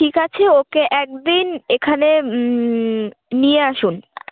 ঠিক আছে ওকে এক দিন এখানে নিয়ে আসুন